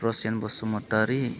Prasen Basumatary